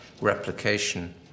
replication